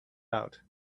out